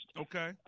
okay